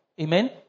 Amen